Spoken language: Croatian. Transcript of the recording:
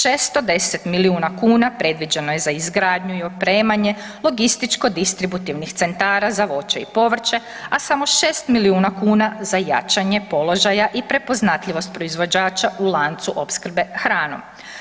610 milijuna kuna predviđeno je za izgradnju i opremanje logističko-distributivnih centara za voće i povrćem, a samo 6 milijuna kuna za jačanje položaja i prepoznatljivost proizvođača u lancu opskrbe hranom.